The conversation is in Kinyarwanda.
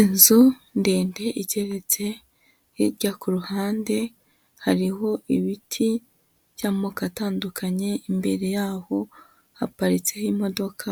Inzu ndende igeretse, hirya ku ruhande hariho ibiti by'amoko atandukanye, imbere yaho haparitseho imodoka